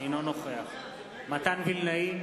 אינו נוכח מתן וילנאי,